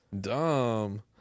dumb